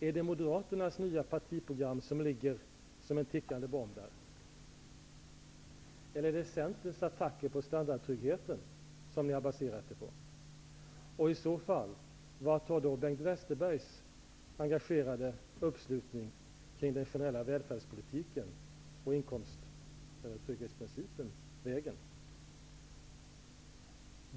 Är det Moderaternas nya partiprogram som ligger som en tickande bomb där? Eller är det Centerns attacker mot standardtryggheten som ni har baserat det på? I så fall, vart har Bengt Westerbergs engagerade uppslutning kring den generella välfärdspolitiken och inkomsttrygghetsprincipen tagit vägen?